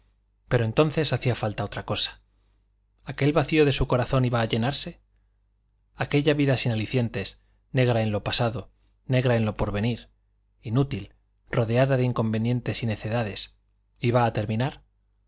pero entonces hacía falta otra cosa aquel vacío de su corazón iba a llenarse aquella vida sin alicientes negra en lo pasado negra en lo porvenir inútil rodeada de inconvenientes y necedades iba a terminar